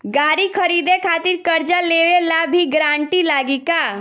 गाड़ी खरीदे खातिर कर्जा लेवे ला भी गारंटी लागी का?